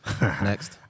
Next